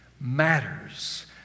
matters